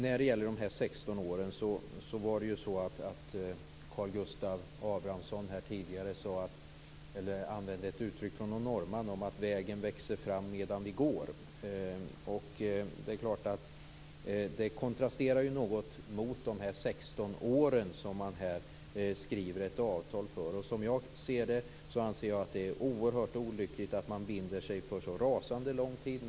När det gäller de 16 åren använde Karl Gustav Abramsson tidigare här ett uttryck från någon norrman om att vägen växer fram medan vi går. Det är klart att detta kontrasterar något mot de 16 åren som man här skriver ett avtal för. Jag anser att det är oerhört olyckligt att man binder sig för så rasande lång tid.